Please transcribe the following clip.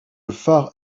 phare